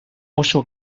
oso